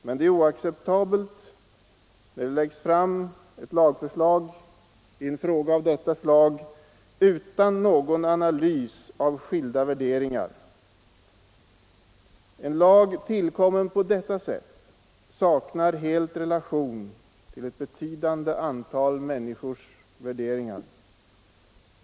Men det är oacceptabelt när det läggs fram ett lagförslag i en fråga av detta slag utan någon analys av skilda värderingar. En lag tillkommen på detta sätt saknar helt relation till ett betydande antal människors värderingar.